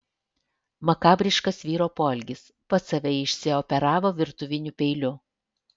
makabriškas vyro poelgis pats save išsioperavo virtuviniu peiliu